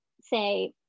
say